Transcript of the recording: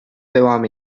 devam